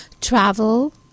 travel